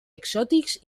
exòtics